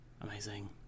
Amazing